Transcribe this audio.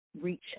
Reach